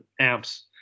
amps